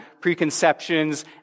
preconceptions